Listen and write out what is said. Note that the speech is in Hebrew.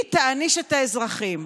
היא תעניש את האזרחים.